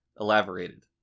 elaborated